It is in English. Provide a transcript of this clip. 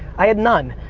i had none,